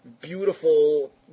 beautiful